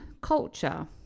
culture